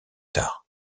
tard